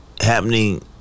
happening